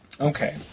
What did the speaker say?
Okay